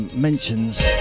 mentions